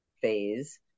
phase